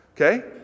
Okay